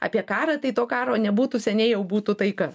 apie karą tai to karo nebūtų seniai jau būtų taika